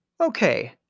Okay